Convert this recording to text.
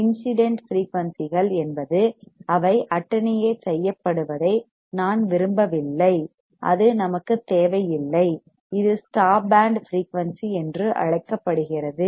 incident ஃபிரீயூன்சிகள் என்பது அவை அட்டென்யேட் செய்யப்படுவதை நாம் விரும்பவில்லை அது நமக்கு தேவை இல்லை இது ஸ்டாப் பேண்ட் ஃபிரீயூன்சி என்று அழைக்கப்படுகிறது